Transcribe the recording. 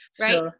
Right